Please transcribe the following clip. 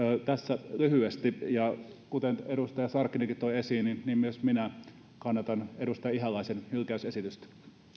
tässä lyhyesti ja kuten edustaja sarkkinenkin toi esiin myös minä kannatan edustaja ihalaisen hylkäysesitystä